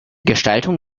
gestaltung